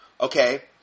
okay